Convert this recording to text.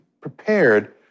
prepared